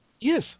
Yes